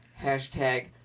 Hashtag